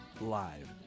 Live